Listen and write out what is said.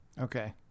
Okay